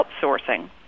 outsourcing